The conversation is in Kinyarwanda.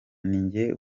ninjye